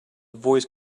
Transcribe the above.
voice